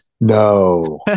No